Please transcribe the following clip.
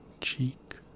cheek